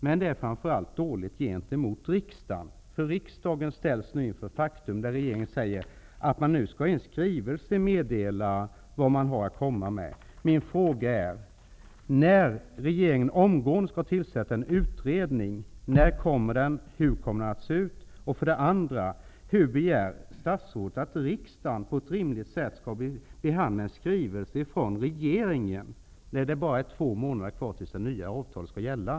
Men det är framför allt dåligt gentemot riksdagen, för riksdagen ställs nu inför faktum där regeringen säger att den i en skrivelse skall meddela vad den har att komma med. Regeringen skall nu omgående tillsätta en utredning. Min fråga är: När kommer den, och hur kommer den att se ut? Hur kan statsrådet begära att riksdagen på ett rimligt sätt skall behandla en skrivelse från regeringen när det bara är två månader kvar tills det nya avtalet skall börja gälla?